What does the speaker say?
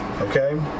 Okay